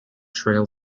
trail